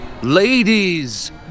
Ladies